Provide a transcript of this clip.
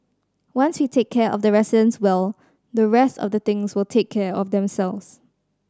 once we take care of the residents well the rest of the things will take care of themselves